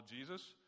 Jesus